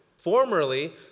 Formerly